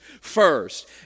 first